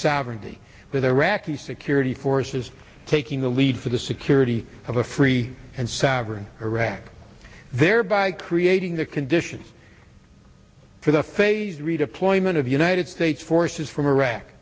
sovereignty that iraqi security forces taking the lead for the security of a free and sovereign iraqi thereby creating the conditions for the phased redeployment of united states forces from iraq